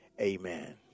Amen